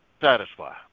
satisfy